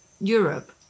europe